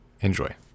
Enjoy